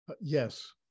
Yes